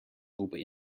roepen